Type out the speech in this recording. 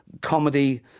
Comedy